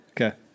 Okay